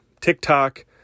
TikTok